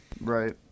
Right